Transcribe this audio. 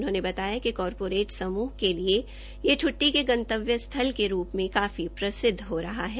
उन्होंने बताया कि कारपोरेट समूहों के लिए यह छ्ट्टी के गंतव्य स्थल के रूप में काफी प्रसिद्ध हो रहा है